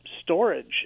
storage